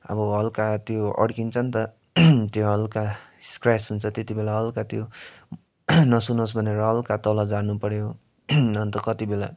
अब हलका त्यो अड्किन्छ नि त त्यो हलका स्क्र्याच हुन्छ त्यति बेला हलका त्यो नसुनोस् भनेर हलका तल झार्नु पऱ्यो अन्त कति बेला